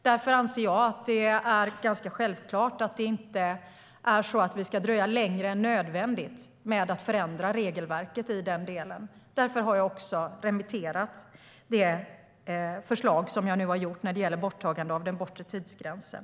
Därför anser jag att det är självklart att vi inte ska dröja längre än nödvändigt med att förändra regelverket, och därför har jag remitterat förslaget om att avskaffa den bortre tidsgränsen.